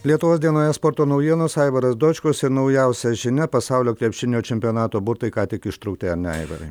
lietuvos dienoje sporto naujienos aivaras dočkus ir naujausia žinia pasaulio krepšinio čempionato burtai ką tik ištraukti ar ne aivarai